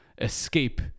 escape